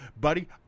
buddy